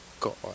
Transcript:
God